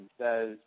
says